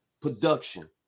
Production